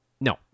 No